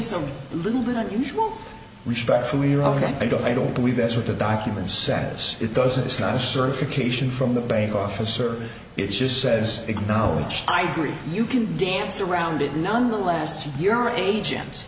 is a little bit unusual respectfully your ok i don't i don't believe that's what the documents says it does it's not a certification from the bank officer it just says acknowledge i gree you can dance around it nonetheless your agent